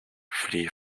flee